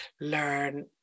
learn